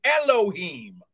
Elohim